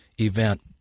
event